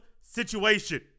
situation